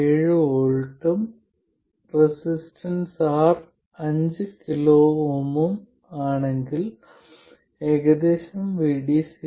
7 V ഉം R 5 KΩ ഉം ആണെങ്കിൽ VD0 ഏകദേശം 0